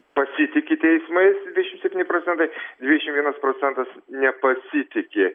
pasitiki teismais dvidešimt septyni procentai dvidešimt vienas procentas nepasitiki